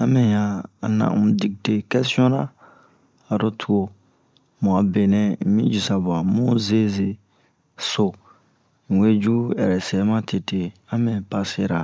a me ɲan a na un dikte kɛsiyon na aro tuwo mu a benɛ un mi jisa bwa mu zeze so un we ju ɛrɛsɛ matete a me pase-ra